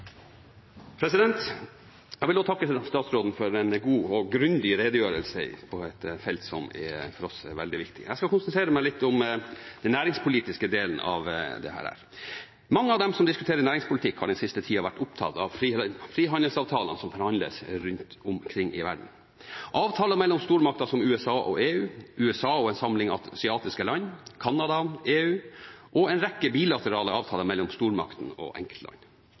veldig viktig. Jeg skal konsentrere meg litt om den næringspolitiske delen av dette. Mange av dem som diskuterer næringspolitikk, har den siste tiden vært opptatt av frihandelsavtalene som forhandles rundt omkring i verden, avtaler mellom stormakter som USA og EU, USA og en samling asiatiske land, Canada og EU og en rekke bilaterale avtaler mellom stormaktene og enkeltland.